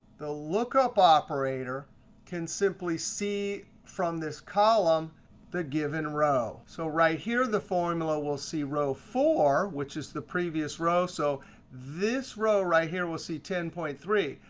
the lookup operator can simply see from this column the given row. so right here the formula, we'll see row four, which is the previous row. so this row right here, we'll see ten point three.